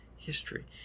history